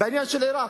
בעניין של עירק.